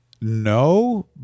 no